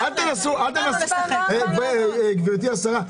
גברתי השרה,